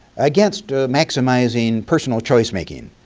against maximizing personal choice making,